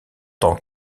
tant